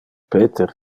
peter